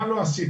מה לא עשיתי,